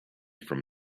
from